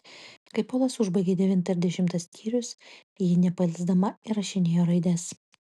kai polas užbaigė devintą ir dešimtą skyrius ji nepailsdama įrašinėjo raides